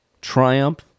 triumph